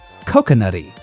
coconutty